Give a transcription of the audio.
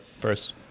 first